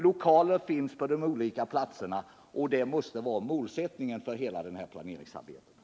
Lokaler finns på de olika platserna, och detta måste vara målsättningen för hela planeringsarbetet.